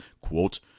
quote